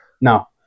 No